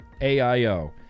AIO